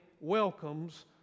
welcomes